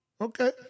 Okay